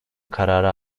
karara